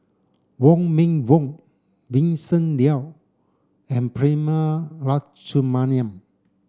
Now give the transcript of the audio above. Wong Meng Voon Vincent Leow and Prema Letchumanan